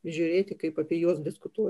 žiūrėti kaip apie juos diskutuoti